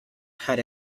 had